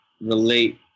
relate